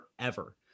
forever